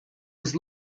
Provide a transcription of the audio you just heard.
was